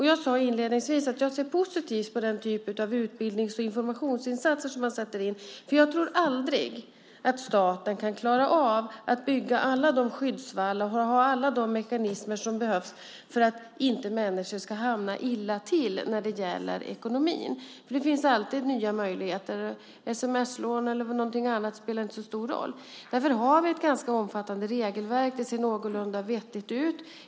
Jag sade inledningsvis att jag ser positivt på den typ av utbildnings och informationsinsatser som man sätter in. Jag tror aldrig att staten kan klara av att bygga alla de skyddsvallar och ha alla de mekanismer som behövs för att människor inte ska hamna illa till när det gäller ekonomin. Det finns alltid nya möjligheter. Det spelar inte så stor roll om det är sms-lån eller någonting annat. Därför har vi ett ganska omfattande regelverk. Det ser någorlunda vettigt ut.